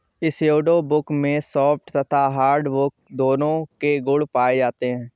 pseudo wood में soft तथा hardwood दोनों के गुण पाए जाते हैं